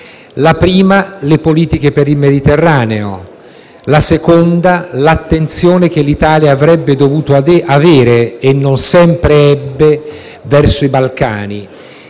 la prima, sono le politiche per il Mediterraneo; la seconda, è l'attenzione che l'Italia avrebbe dovuto avere - e non sempre ebbe - verso i Balcani;